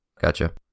Gotcha